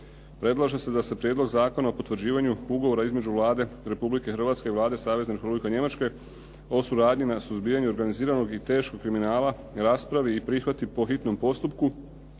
Predlaže se da se Prijedlog zakona o potvrđivanju Ugovora između Vlade Republike Hrvatske i Vlade Savezne Republike Njemačke o suradnji na suzbijanju organiziranog i teškog kriminala raspravi i prihvati po hitnom postupku